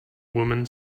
woman